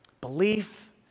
Belief